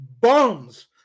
bums